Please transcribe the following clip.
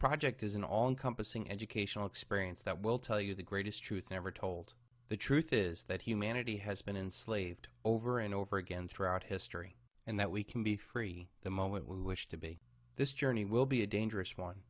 encompassing educational experience that will tell you the greatest truth never told the truth is that humanity has been enslaved over and over again throughout history and that we can be free the moment we wish to be this journey will be a dangerous one